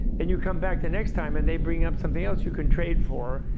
then you come back the next time and they bring up something else you can trade for.